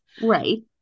Right